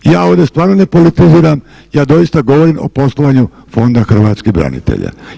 Ja ovdje stvarno ne politiziram, ja doista govorim o poslovanju Fonda Hrvatskih branitelja.